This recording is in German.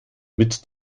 mit